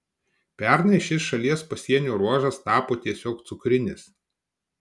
pernai šis šalies pasienio ruožas tapo tiesiog cukrinis